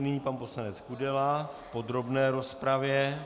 Nyní pan poslanec Kudela v podrobné rozpravě.